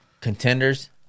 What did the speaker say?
contenders